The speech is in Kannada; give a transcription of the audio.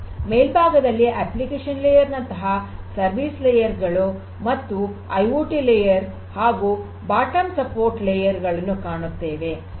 ಮೇಲ್ಭಾಗದಲ್ಲಿ ಅಪ್ಲಿಕೇಶನ್ ಲೇಯರ್ ನಂತರ ಸರ್ವಿಸ್ ಲೇಯರ್ ಮತ್ತು ಐಓಟಿ ಲೇಯರ್ ಹಾಗೂ ಬಾಟಮ್ ಸಪೋರ್ಟ್ ಲೇಯರ್ ಗಳನ್ನು ಕಾಣುತ್ತೇವೆ